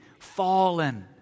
fallen